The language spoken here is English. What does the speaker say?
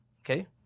okay